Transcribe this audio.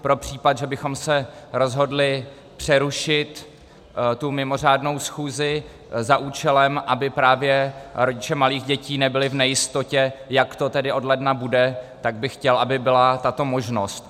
Pro případ, že bychom se rozhodli přerušit tu mimořádnou schůzi za účelem, aby právě rodiče malých dětí nebyli v nejistotě, jak to tedy od ledna bude, tak bych chtěl, aby byla tato možnost.